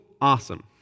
Awesome